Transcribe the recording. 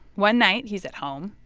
one night, he's at home.